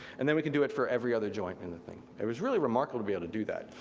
and then we can do it for every other joint in the thing. it was really remarkable to be able to do that,